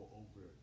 over